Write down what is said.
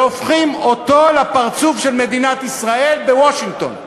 והופכים אותו לפרצוף של מדינת ישראל בוושינגטון.